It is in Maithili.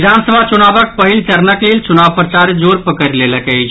विधानसभा चुनावक पहिल चरणक लेल चुनाव प्रचार जोर पकड़ि लेलक अछि